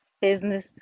business